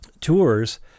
tours